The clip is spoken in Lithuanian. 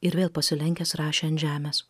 ir vėl pasilenkęs rašė ant žemės